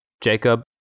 Jacob